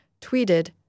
tweeted